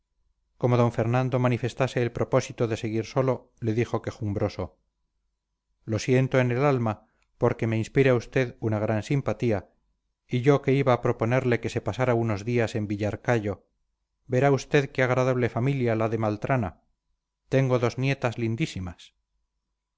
como d fernando manifestase el propósito de seguir solo le dijo quejumbroso lo siento en el alma porque me inspira usted una gran simpatía y yo que iba a proponerle que se pasara unos días en villarcayo verá usted qué agradable familia la de maltrana tengo dos nietas lindísimas